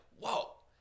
whoa